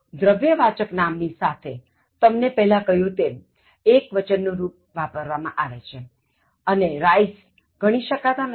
દ્રવ્યવાચક નામની સાથે તમને પહેલા કહ્યું તેમ એક્વચનનું રુપ વાપરવા માં આવે છે અને rice ગણી શકાતા નથી